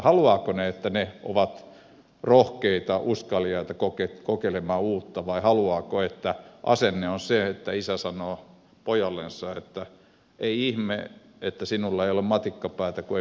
haluavatko he että he ovat rohkeita uskaliaita kokeilemaan uutta vai haluavatko että asenne on se että isä sanoo pojallensa että ei ihme että sinulla ei ole matikkapäätä kun ei minullakaan ollut